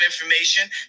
information